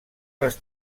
les